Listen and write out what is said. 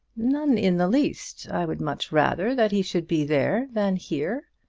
none in the least. i would much rather that he should be there than here.